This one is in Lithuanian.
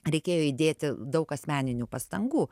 reikėjo įdėti daug asmeninių pastangų